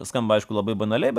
skamba aišku labai banaliai bet